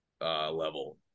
level